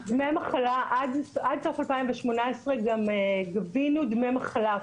עד סוף 2018 גם גבינו דמי מחלה,